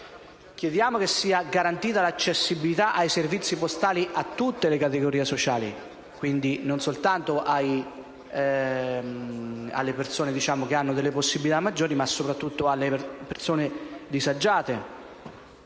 Chiediamo che sia garantita l'accessibilità ai servizi postali a tutte le categorie sociali, non solo alle persone che hanno possibilità maggiori, ma soprattutto alle persone disagiate.